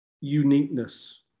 uniqueness